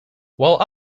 while